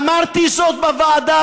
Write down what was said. אמרתי זאת בוועדה,